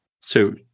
So-